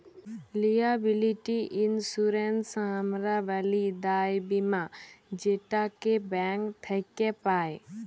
liability insurance হামরা ব্যলি দায় বীমা যেটাকে ব্যাঙ্ক থক্যে পাই